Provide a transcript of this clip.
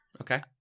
Okay